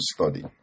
study